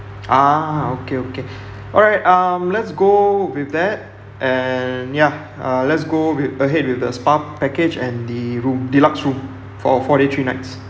ah okay okay alright um let's go with that and ya uh let's go with ahead with the spa package and the room deluxe room for four days three nights